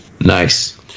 Nice